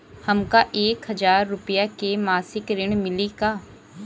हमका एक हज़ार रूपया के मासिक ऋण मिली का?